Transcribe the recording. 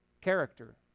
character